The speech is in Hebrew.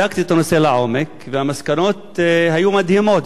בדקתי את הנושא לעומק, והמסקנות היו מדהימות.